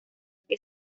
que